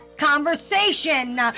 conversation